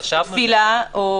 תפילה,